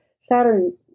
Saturn